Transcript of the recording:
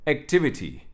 Activity